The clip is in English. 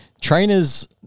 trainers